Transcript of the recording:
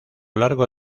largo